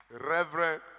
Reverend